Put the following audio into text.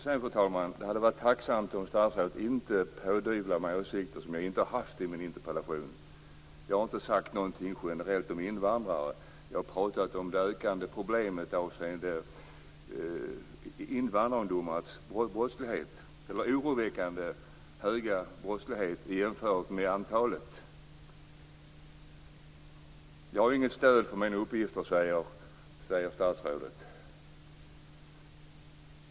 Det vore tacksamt om statsrådet inte pådyvlade mig åsikter som jag inte har i min interpellation. Jag säger ingenting generellt om invandrare, utan jag talar om det ökande problemet avseende invandrarungdomars oroväckande höga brottslighet. Jag har inget stöd för mina uppgifter, säger statsrådet.